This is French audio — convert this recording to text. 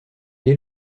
est